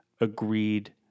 agreed